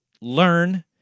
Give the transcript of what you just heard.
learn